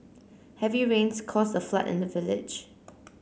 heavy rains caused a flood in the village